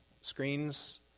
screens